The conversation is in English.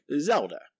Zelda